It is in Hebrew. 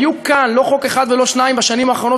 היו כאן לא חוק אחד ולא שניים בשנים האחרונות